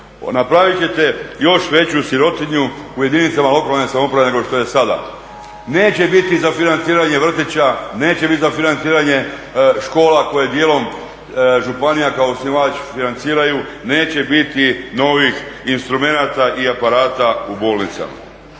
Napravit ćete još veću sirotinju u jedinice lokalne samouprave nego što je sada. neće biti za financiranje vrtića, neće biti za financiranje škola koja je dijelom županija kao osnivač financiraju neće biti novih instrumenata i aparata u bolnicama.